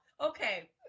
okay